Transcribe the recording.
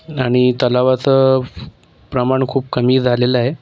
आणि तलावाचं प्रमाण खूप कमी झालेलं आहे